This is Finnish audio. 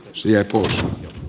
syö puhos